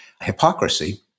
hypocrisy